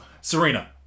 Serena